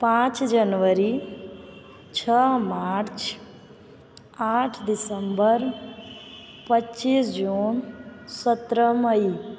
पाँच जनवरी छ मार्च आठ दिसंबर पच्चीस जून सत्रह मई